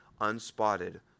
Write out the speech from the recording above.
unspotted